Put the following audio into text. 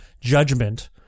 judgment